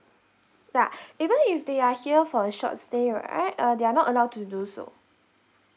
yeah even if they are here for a short stay right uh they are not allowed to do so